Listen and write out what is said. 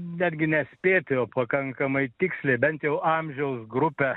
netgi nespėti pakankamai tiksliai bent jau amžiaus grupę